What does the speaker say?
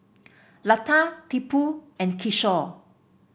Lata Tipu and Kishore